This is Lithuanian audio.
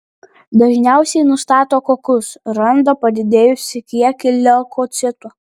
dažniausiai nustato kokus randa padidėjusį kiekį leukocitų